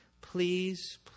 please